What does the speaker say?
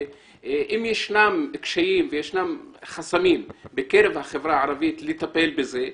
אם יש קשיים ויש חסמים בקרב החברה הערבית לטפל בזה,